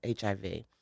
HIV